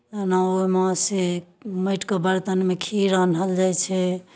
जेना ओहिमे से माटिके बर्तनमे खीर रान्हल जाइ छै